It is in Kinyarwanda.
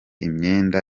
imyenda